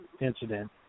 incident